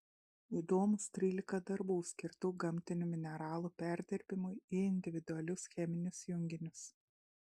įdomūs trylika darbų skirtų gamtinių mineralų perdirbimui į individualius cheminius junginius